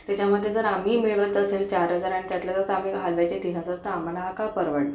त्याच्यामध्ये जर आम्ही मिळवत असेल चार हजार आणि त्यातल्यात आम्ही घालवायचे तीन हजार तर आम्हाला का परवडणार